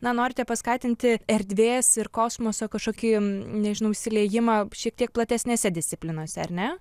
na norite paskatinti erdvės ir kosmoso kažkokį nežinau išsiliejimą šiek tiek platesnėse disciplinose ar ne